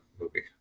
movie